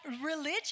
Religion